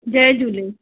जय झूले